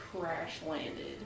crash-landed